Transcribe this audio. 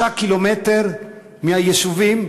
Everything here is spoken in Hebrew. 3 קילומטר מהיישובים.